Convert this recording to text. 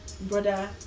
Brother